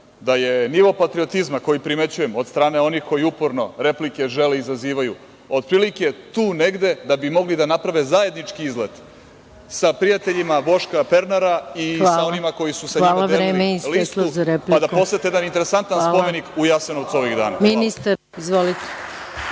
da je nivo patriotizma koji primećujem od strane onih koji uporno replike žele i izazivaju, otprilike tu negde da bi mogli da naprave zajednički izlet sa prijateljima Boška Pernara i sa onima koji su sa njima delili listu, pa da posete jedan interesantan spomenik u Jasenovcu ovih dana.